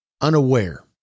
unaware